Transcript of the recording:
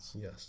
Yes